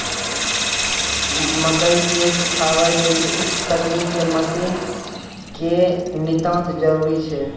मकई के सुखावे लेली उच्च तकनीक के मसीन के नितांत जरूरी छैय?